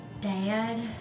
Dad